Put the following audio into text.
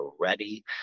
ready